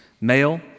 Male